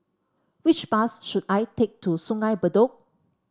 which bus should I take to Sungei Bedok